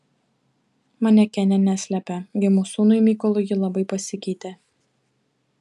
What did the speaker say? manekenė neslepia gimus sūnui mykolui ji labai pasikeitė